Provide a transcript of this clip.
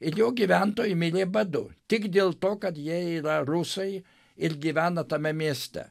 ir jo gyventojai mirė badu tik dėl to kad jie yra rusai ir gyvena tame mieste